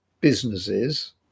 businesses